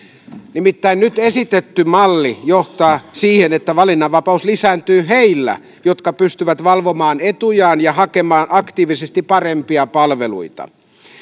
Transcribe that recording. nimittäin nyt esitetty malli johtaa siihen että valinnanvapaus lisääntyy niillä jotka pystyvät valvomaan etujaan ja hakemaan aktiivisesti parempia palveluita